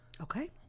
Okay